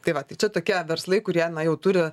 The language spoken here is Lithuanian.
tai va tai čia tokie verslai kurie jau turi